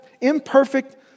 imperfect